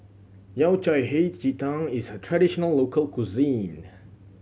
Yao Cai Hei Ji Tang is a traditional local cuisine